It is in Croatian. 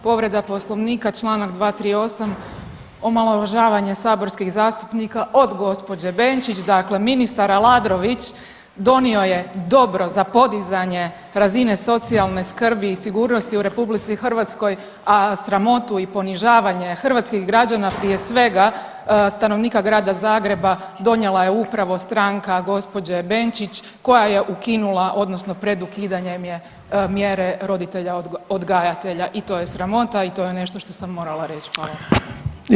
Povreda Poslovnika, čl. 238., omalovažavanje saborskih zastupnika od gđe. Benčić, dakle ministar Aladrović donio je dobro za podizanje razine socijalne skrbi i sigurnosti u RH, a sramotu i ponižavanje hrvatskih građana, a prije svega stanovnika Grada Zagreba donijela je upravo stranka gđe. Benčić koja je ukinula odnosno pred ukidanjem je mjere roditelja odgajatelja i to je sramota i to je nešto što sam morala reć.